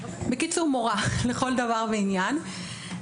בקיצור, מורה לכל דבר ועניין.